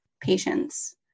patients